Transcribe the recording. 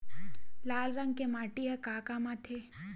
लाल रंग के माटी ह का काम आथे?